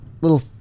little